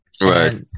right